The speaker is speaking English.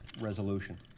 resolution